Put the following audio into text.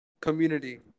Community